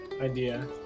idea